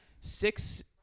six